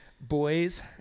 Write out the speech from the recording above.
Boys